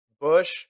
Bush